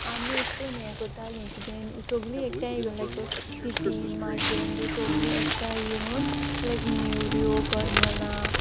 आमी अेश कोन्न यें कोतालीं कितें सोगलीं एकठांय येवून लायक तितीन माशेन तीं सोगलीं एकठांय येवून लायक नेवऱ्यो कोरमोलां